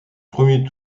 premier